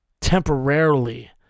Temporarily